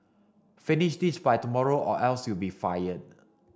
finish this by tomorrow or else you'll be fired